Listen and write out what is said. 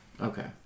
Okay